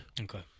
okay